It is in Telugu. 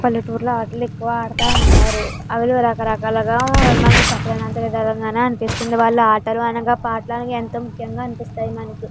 పల్లెటూరులో ఆటలు ఎక్కువ ఆడతా ఉంటారు అవి రకరకాలుగా మనం చెప్పలేనంత విధంగానే అనిపిస్తుంది వాళ్ళు ఆటలు అనగా పాటలు అనగా ఎంతగానో ముఖ్యంగా అనిపిస్తాయి మనకి